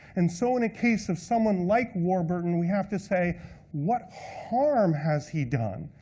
and so, in a case of someone like warburton, we have to say what harm has he done,